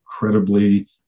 incredibly